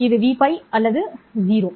இது Vπ இது 0